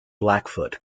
blackfoot